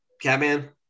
Catman